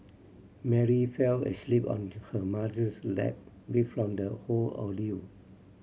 Mary fell asleep on her mother's lap beat from the whole ordeal